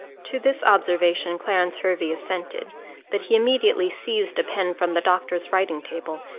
to this observation clarence hervey assented but he immediately seized a pen from the doctor's writing table,